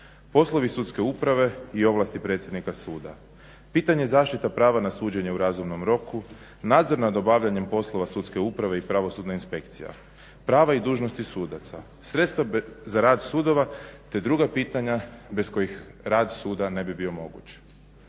poslovi sudske uprave i ovlasti predsjednika suda, pitanje zaštita prava suđenja u razumnom roku, nadzor nad obavljanjem poslova sudske uprave i pravosudna inspekcija, prava i dužnosti sudaca, sredstva za rad sudova te druga pitanja bez kojih rad suda ne bi bio moguć.